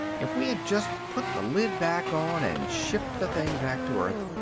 if we had just put the lid back on and shipped the thing back to earth!